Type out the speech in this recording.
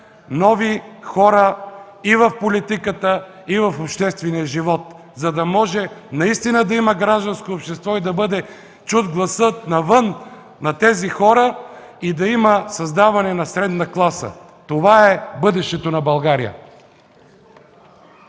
нови хора в политиката и в обществения живот, за да може да има гражданско общество, да бъде чут гласът на хората навън и да има създаване на средна класа. Това е бъдещето на България.